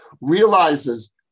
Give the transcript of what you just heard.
realizes